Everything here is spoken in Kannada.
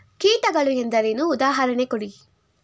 ಕೀಟಗಳು ಎಂದರೇನು? ಉದಾಹರಣೆ ಕೊಡಿ?